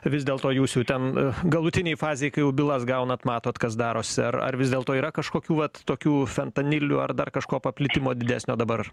vis dėlto jūs jau ten galutinėj fazėj kai jau bylas gaunat matot kas darosi ar ar vis dėlto yra kažkokių vat tokių fentaniliu ar dar kažko paplitimo didesnio dabar